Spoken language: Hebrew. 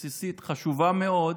בסיסית, חשובה מאוד.